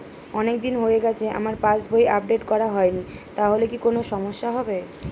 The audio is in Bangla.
অনেকদিন হয়ে গেছে আমার পাস বই আপডেট করা হয়নি তাহলে কি কোন সমস্যা হবে?